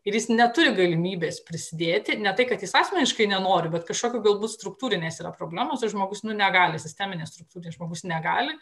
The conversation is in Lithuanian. ir jis neturi galimybės prisidėti ne tai kad jis asmeniškai nenori bet kažkokių gal bus struktūrinės yra problemos ir žmogus nu negali sisteminės struktūros žmogus negali